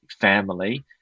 family